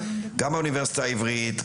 גם האוניברסיטה העברית,